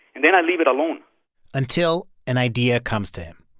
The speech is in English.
and then i leave it alone until an idea comes to him.